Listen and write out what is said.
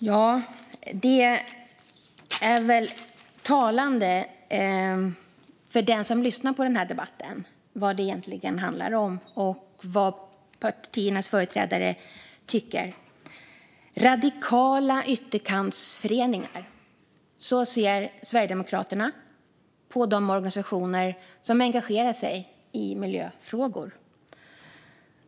Fru talman! För den som lyssnar på denna debatt är det väl talande vad det egentligen handlar om och vad partiernas företrädare tycker. Radikala ytterkantsföreningar - så ser Sverigedemokraterna på de organisationer som engagerar sig i miljöfrågor.